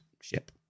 ship